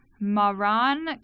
Maran